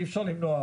אי אפשר למנוע,